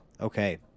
okay